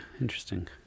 interesting